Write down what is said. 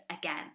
again